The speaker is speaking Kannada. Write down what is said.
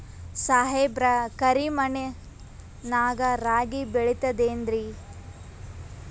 ಸಾಹೇಬ್ರ, ಕರಿ ಮಣ್ ನಾಗ ರಾಗಿ ಬೆಳಿತದೇನ್ರಿ?